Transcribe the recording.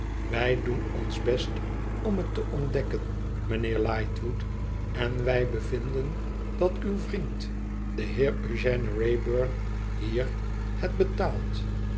wij doen ons best om het te ontdekken mijnheer lightwood en wij bevinden dat uw vriend de heer eugène wrayburn hier het betaalt